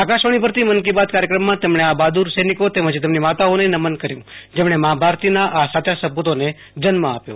આકાશવાણી પરથી મન કી બાત કાર્યક્રમમાં તેમણે આ બહાદુર સૈનિકો તેમજ તેમની માતાઓને નમન કર્યું જેમણે માં ભારતીના આ સાચા સપૂતોને જન્મ આપ્યો